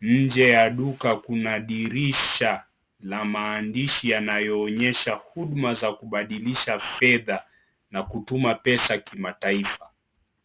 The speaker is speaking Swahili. Nje ya duka kuna dirisha la maandishi yanayoonyesha huduma za kubadilisha fedha na kutuma pesa kimataifa.